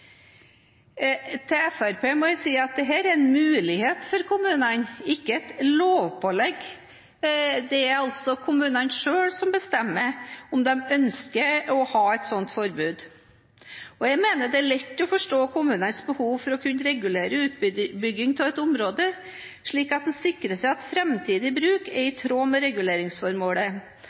Til Fremskrittspartiet må jeg si at dette er en mulighet for kommunene, ikke et lovpålegg. Det er altså kommunene selv som bestemmer om de ønsker å ha et slikt forbud. Jeg mener det er lett å forstå kommunenes behov for å kunne regulere utbyggingen av et område slik at en sikrer seg at framtidig bruk er i tråd med reguleringsformålet